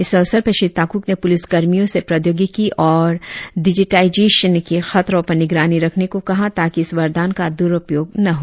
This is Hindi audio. इस अवसर पर श्री ताकुक ने पुलिस कर्मियों से प्रौद्योगिकी और डिजिटाइजेशन के खतरों पर निगरानी रखने को कहा ताकि इस वरदान का दुरुपयोग न हो